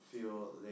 feel